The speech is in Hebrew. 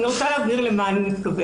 אני רוצה להבהיר אל מה אני מתכוונת.